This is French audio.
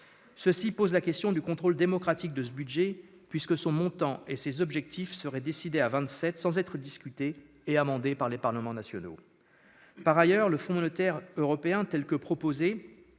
Cela pose la question du contrôle démocratique de ce budget, puisque son montant et ses objectifs seraient décidés à vingt-sept, sans être discutés et amendés par les parlements nationaux. Par ailleurs, le fonds